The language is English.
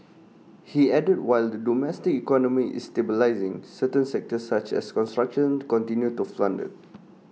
he added what the domestic economy is stabilising certain sectors such as construction continue to flounder